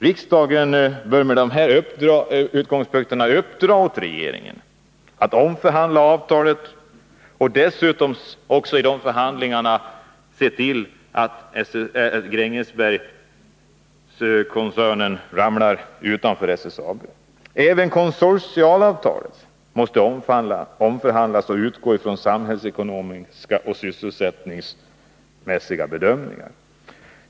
Riksdagen bör med dessa utgångspunkter uppdra åt regeringen att omförhandla avtalet och dessutom vid dessa förhandlingar se till att Grängesbergskoncernen kommer utanför SSAB. Även konsortialavtalet måste omförhandlas och utgå från samhällsekonomiska och sysselsättningsmässiga bedömningar.